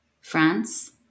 France